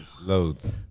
loads